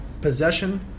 possession